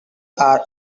are